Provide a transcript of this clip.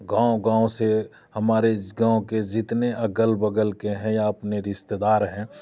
गांव गांव से हमारे गांव के जितने अगल बगल के हैं या अपने रिश्तेदार हैं